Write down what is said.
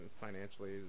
financially